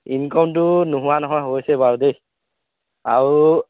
ইনকমটো নোহোৱা নহয় হৈছে বাৰু দে আৰু